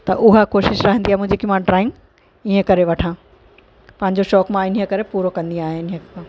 त उहा कोशिश रहंदी आ्हे मुंहिंजी की मां ड्रॉइंग ईअं करे वठां पंहिंजो शौक़ु मां इन करे पूरो कंदी आहियां इन खां